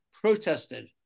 protested